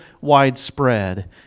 widespread